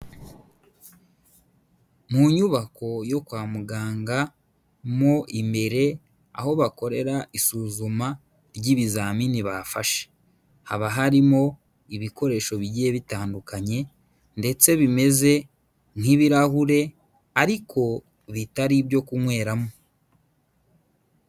Mu nyubako yo kwa muganga mo imbere aho bakorera isuzuma ry'ibizamini bafashe, haba harimo ibikoresho bigiye bitandukanye ndetse bimeze nk'ibirahure ariko bitari ibyo kunyweramo.